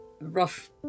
rough